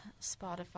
Spotify